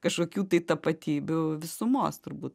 kažkokių tai tapatybių visumos turbūt